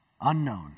Unknown